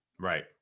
Right